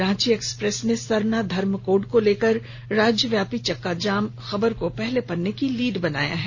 Ranchi Express ने सरना धर्म code को लेकर राज्यव्यापी चक्का जाम खबर को पहले पत्रे की लीड बनाया है